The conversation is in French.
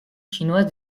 chinoise